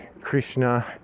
Krishna